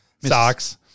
Socks